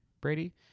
Brady